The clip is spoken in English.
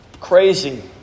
crazy